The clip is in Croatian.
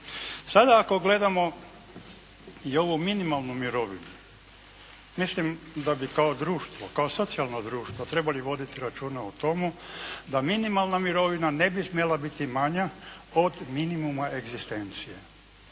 Sada ako gledamo i ovu minimalnu mirovinu mislim da bi kao društvo, kao socijalno društvo trebali voditi računa o tomu da minimalna mirovina ne bi smjela biti manja od minimuma egzistencije.